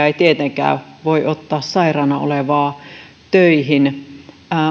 ei työnantaja tietenkään voi ottaa sairaana olevaa töihin